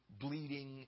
bleeding